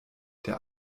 der